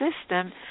system